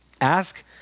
ask